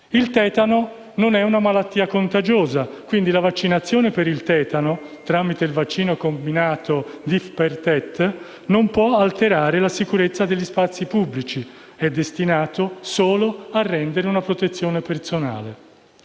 Il tetano non è una malattia contagiosa, quindi la vaccinazione per il tetano (tramite il vaccino combinato DTaP) non può alterare la sicurezza degli spazi pubblici; esso è destinato a rendere solo una protezione personale.